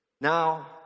Now